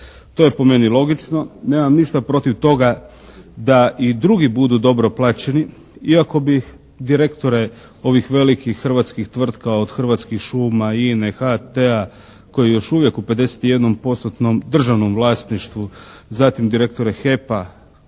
To je po meni logično. Nemam ništa protiv toga da i drugi budu dobro plaćeni iako bih direktore ovih velikih hrvatskih tvrtka od Hrvatskih šuma, INA-e, HT-a koji je još uvijek u 51%-nom državnom vlasništvu. Zatim direktore HEP-a,